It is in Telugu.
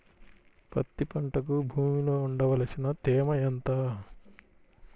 పత్తి పంటకు భూమిలో ఉండవలసిన తేమ ఎంత?